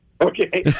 Okay